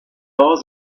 saw